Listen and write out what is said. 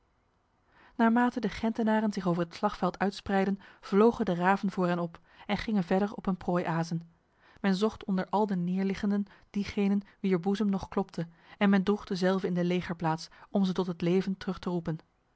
naarmate de gentenaren zich over het slagveld uitspreidden vlogen de raven voor hen op en gingen verder op een prooi azen men zocht onder al de neerliggenden diegenen wier boezem nog klopte en men droeg dezelve in de legerplaats om ze tot het leven terug te roepen